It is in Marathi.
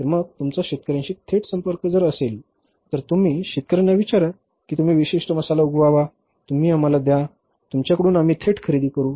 तर मग तुमचा शेतकऱ्यांशी थेट संपर्क असेल तर तुम्ही शेतकऱ्यांना विचारा की तुम्ही विशिष्ट मसाला उगवावा तुम्ही आम्हाला द्या तुमच्याकडून आम्ही थेट खरेदी करू